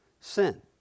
sin